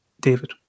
David